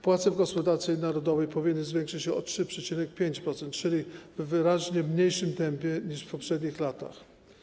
Płace w gospodarce narodowej powinny zwiększyć się o 3,5%, czyli w wyraźnie mniejszym tempie niż w poprzednich latach.